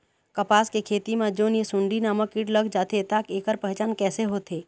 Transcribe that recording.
कपास के खेती मा जोन ये सुंडी नामक कीट लग जाथे ता ऐकर पहचान कैसे होथे?